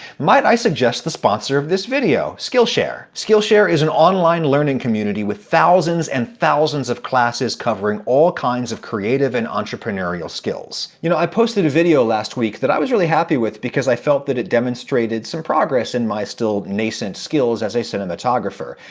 might i suggest the sponsor of this video? skillshare. skillshare is an online learning community with thousands and thousands of classes covering all kinds of creative and entrepreneurial skills. you know, i posted a video last week that i was really happy with because i felt that it demonstrated some progress in my still nascent skills as a cinematographer.